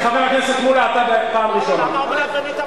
חבר הכנסת, אתה בקריאה לסדר פעם שנייה.